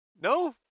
No